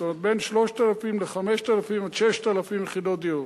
בין 3,000 ל-5,000 6,000 יחידות דיור.